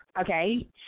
Okay